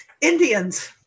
Indians